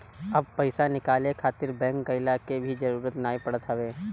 अब पईसा निकाले खातिर बैंक गइला के भी जरुरत नाइ पड़त हवे